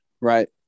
right